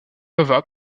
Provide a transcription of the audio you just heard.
nova